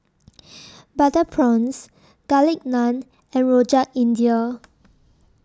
Butter Prawns Garlic Naan and Rojak India